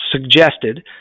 suggested